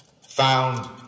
Found